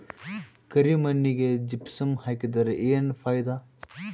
ಕರಿ ಮಣ್ಣಿಗೆ ಜಿಪ್ಸಮ್ ಹಾಕಿದರೆ ಏನ್ ಫಾಯಿದಾ?